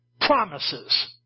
Promises